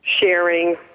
sharing